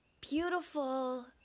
Beautiful